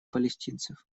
палестинцев